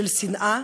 של שנאה,